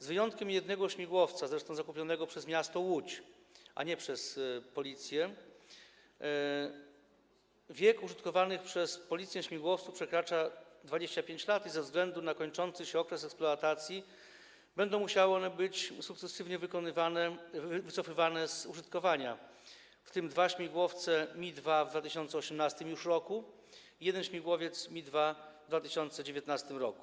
Z wyjątkiem jednego śmigłowca -zakupionego zresztą przez miasto Łódź, a nie przez Policję - wiek użytkowanych przez Policję śmigłowców przekracza 25 lat i ze względu na kończący się okres eksploatacji będą musiały one być sukcesywnie wycofywane z użytkowania, w tym dwa śmigłowce Mi-2 już w 2018 r, jeden śmigłowiec Mi-2 - w 2019 r.